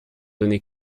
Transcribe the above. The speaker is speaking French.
donner